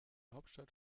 hauptstadt